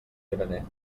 graner